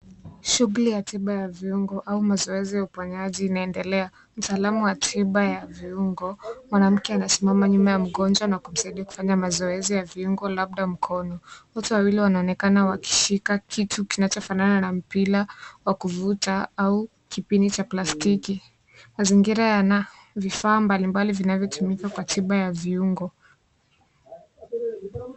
Shughuli ya tiba wa viungo au mazoezi ya uponyaji inaendelea. Mtaalamu wa tiba wa viungo, mwanamke, anasimama nyuma ya mgonjwa na kumsaidia kufanya mazoezi ya viungo, labda mkono. Wote wawili wanaonekana wakishika kitu kinachofanana na pila wa kuvuta au kipindi cha plastiki. Mazingira yanao vifaa mbalimbali vinavyotumika kwa tiba ya viungo.